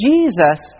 Jesus